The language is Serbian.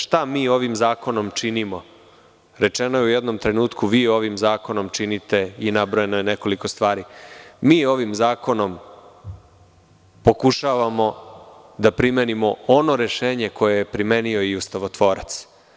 Šta mi ovim zakonom činimo, a rečeno je u jednom trenutku – vi ovim zakonom činite i nabrojano je nekoliko stvari, mi ovim zakonom pokušavamo da primenimo ono rešenje koje je primenio i ustavotvorac.